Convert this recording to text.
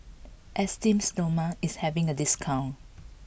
Esteem Stoma is having a discount